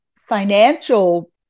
financial